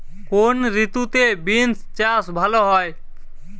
কোন ঋতুতে বিন্স চাষ ভালো হয়?